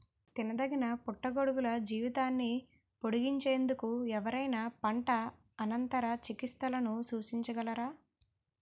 తినదగిన పుట్టగొడుగుల జీవితాన్ని పొడిగించేందుకు ఎవరైనా పంట అనంతర చికిత్సలను సూచించగలరా?